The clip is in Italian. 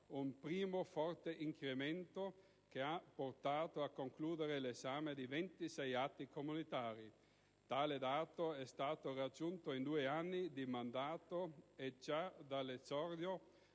un primo forte incremento, che ha portato a concludere l'esame di 26 atti comunitari. Tale dato è stato raggiunto in due anni di mandato e, già dall'esordio